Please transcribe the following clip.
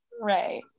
right